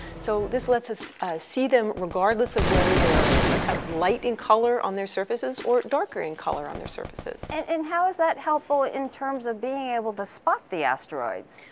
so this lets us see them regardless of whether they're kind of light in color on their surfaces, or darker in color on their surfaces. and how is that helpful in terms of being able to spot the asteroids?